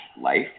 Life